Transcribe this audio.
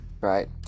right